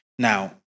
Now